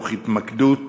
תוך התמקדות